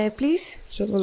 please